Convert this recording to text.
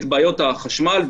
את בעיות החשמל,